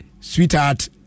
sweetheart